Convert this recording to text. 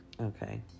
okay